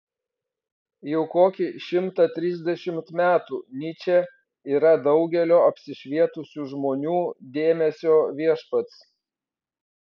jau kokį šimtą trisdešimt metų nyčė yra daugelio apsišvietusių žmonių dėmesio viešpats